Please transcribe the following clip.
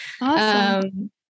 Awesome